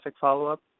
follow-up